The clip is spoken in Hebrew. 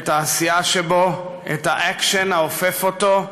את העשייה שבו, את האקשן האופף אותו,